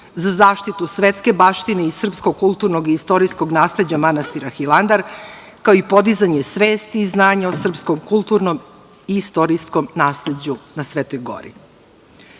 za zaštitu svetske baštine i srpskog kulturnog i istorijskog nasleđa manastira Hilandar, kao i podizanje svesti i znanja o srpskom kulturnom i istorijskom nasleđu na Svetoj